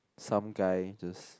some guy just